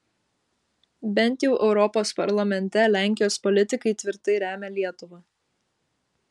bent jau europos parlamente lenkijos politikai tvirtai remia lietuvą